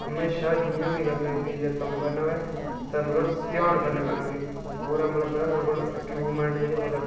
हमेशां जि'यां बी बिजली दा कम्म करना होऐ तां मतलब ध्यान कन्नै करना की मतलब पूरा मतलब थोआड़े कोल ऐक्यूबमैंट जेह्के थुआढ़े कोल